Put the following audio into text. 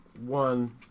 one